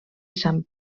sant